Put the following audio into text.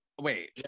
Wait